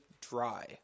dry